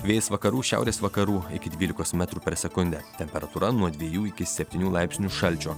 vėjas vakarų šiaurės vakarų iki dvylikos metrų per sekundę temperatūra nuo dvejų iki septynių laipsnių šalčio